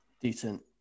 Decent